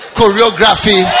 Choreography